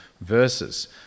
verses